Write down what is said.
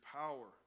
power